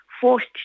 forced